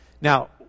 Now